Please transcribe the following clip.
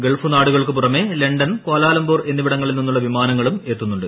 Gulf നാടുകൾക്കു പുറമെ London Kuala Lumpur എന്നിവിടങ്ങളിൽ നിന്നുള്ള വിമാനങ്ങളും എത്തുന്നുണ്ട്